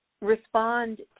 respond